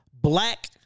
black